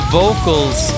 vocals